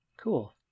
cool